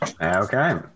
okay